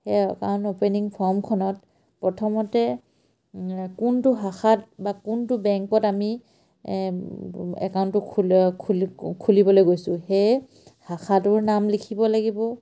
সেই account opening ফৰ্মখনত প্ৰথমতে কোনটো শাখাত বা কোনটো বেংকত আমি একাউণ্টটো খুলিবলৈ গৈছোঁ সেই শাখাটোৰ নাম লিখিব লাগিব